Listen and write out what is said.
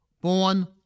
born